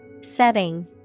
Setting